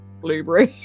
Blueberry